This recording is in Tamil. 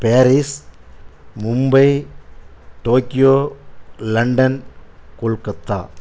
Paris Mumbai Tokyo London Kolkata